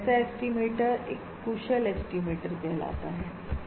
और ऐसा एस्टिमेटर एक कुशल एस्टिमेटर कहलाता है